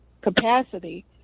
capacity